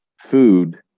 food